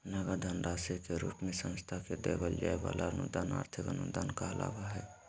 नगद धन राशि के रूप मे संस्था के देवल जाय वला अनुदान आर्थिक अनुदान कहलावय हय